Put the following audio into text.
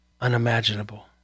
unimaginable